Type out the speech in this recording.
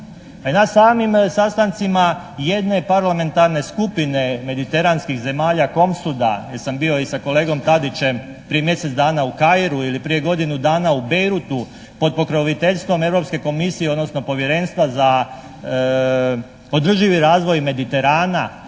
na samim sastancima jedne parlamentarne skupine mediteranskih zemalja Komstuda gdje sam bio i sa kolegom Tadićem prije mjesec dana u Kairu ili prije godinu dana u Bejrutu pod pokroviteljstvom Europske Komisije, odnosno Povjerenstva za održivi razvoj Mediterana